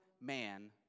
man